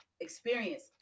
experience